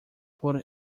por